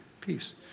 peace